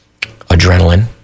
adrenaline